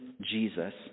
Jesus